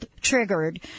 triggered